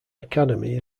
academy